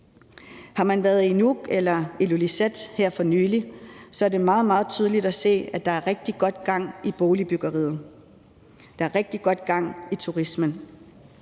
Har man været i Nuuk eller Ilulissat her for nylig, er det meget, meget tydeligt at se, at der er rigtig godt gang i boligbyggeriet. Der er rigtig godt gang i turismen.